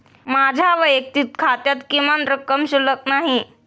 माझ्या वैयक्तिक खात्यात किमान रक्कम शिल्लक नाही